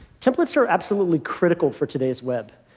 templates are absolutely critical for today's web.